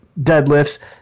deadlifts